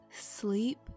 sleep